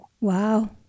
wow